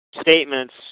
statements